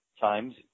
times